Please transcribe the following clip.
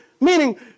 meaning